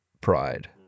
pride